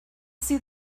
see